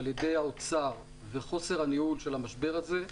על-ידי האוצר וחוסר הניהול של המשבר הזה,